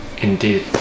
Indeed